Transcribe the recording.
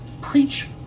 preach